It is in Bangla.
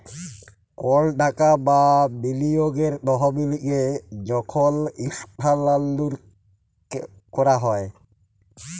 কল টাকা বা বিলিয়গের তহবিলকে যখল ইস্থালাল্তর ক্যরা হ্যয়